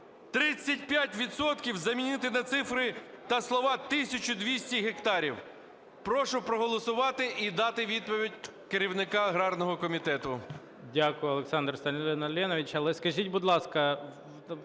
замінити на цифри та слова "1200 гектарів". Прошу проголосувати і дати відповідь керівника аграрного комітету.